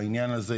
בעניין הזה,